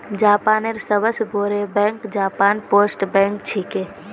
जापानेर सबस बोरो बैंक जापान पोस्ट बैंक छिके